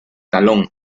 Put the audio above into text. talón